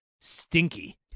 stinky